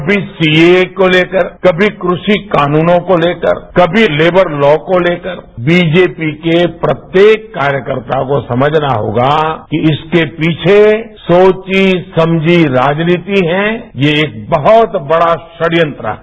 कभी सीएए को लेकर कभी क्रवि कानूनों को लेकर कभी लेकर लॉ को लेकर बीजेपी के प्रत्येक कार्यकर्ता को समझना होगा कि इसके पीछे सोची समझी राजनीति है ये एक बहुत बख़ा कडयंत्र है